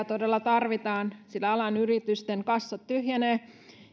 todella tarvitaan sillä alan yritysten kassat tyhjenevät